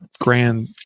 grand